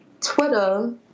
Twitter